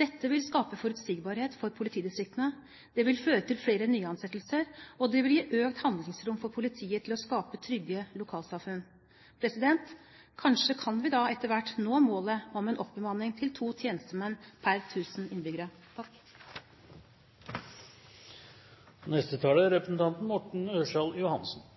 Dette vil skape forutsigbarhet for politidistriktene, det vil føre til flere nyansettelser, og det vil gi økt handlingsrom for politiet til å skape trygge lokalsamfunn. Kanskje kan vi da etter hvert nå målet om en oppbemanning til to tjenestemenn per tusen innbyggere. Som det har vært sagt her: IKT-investeringer er viktig. I 2008 startet utarbeidelsen, utformingen og implementeringen av en IKT-struktur i politiet. Det er